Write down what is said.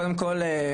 קודם כל,